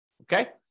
Okay